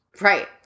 Right